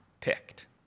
picked